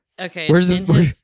Okay